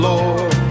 Lord